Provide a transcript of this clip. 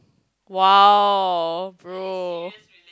!wow! bro